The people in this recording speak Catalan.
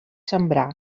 sembrar